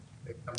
יש לי כמה